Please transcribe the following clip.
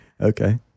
Okay